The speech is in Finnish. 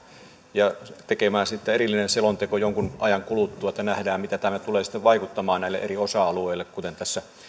ja tekemään siitä erillinen selonteko jonkun ajan kuluttua että nähdään miten tämä tulee sitten vaikuttamaan näihin eri osa alueisiin kuten tässä